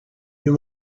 you